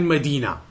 Medina